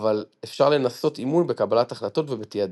אבל אפשר לנסות אימון בקבלת החלטות ובתעדוף.